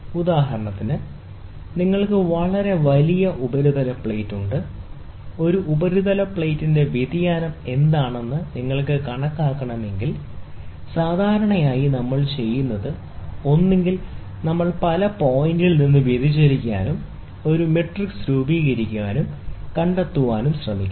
ഉദാഹരണത്തിന് നിങ്ങൾക്ക് വളരെ വലിയ ഉപരിതല പ്ലേറ്റ് ഉണ്ട് ഒരു ഉപരിതല പ്ലേറ്റിന്റെ വ്യതിയാനം എന്താണെന്ന് നിങ്ങൾക്ക് കണക്കാക്കണമെങ്കിൽ സാധാരണയായി നമ്മൾ ചെയ്യുന്നത് ഒന്നുകിൽ നമ്മൾ പല പോയിന്റുകളിൽ നിന്ന് വ്യതിചലിപ്പിക്കാനും ഒരു മാട്രിക്സ് രൂപീകരിക്കാനും കണ്ടെത്താനും ശ്രമിക്കുക